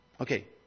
Okay